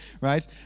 right